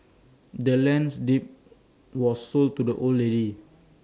the land's deed was sold to the old lady